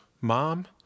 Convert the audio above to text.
Mom